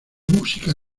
música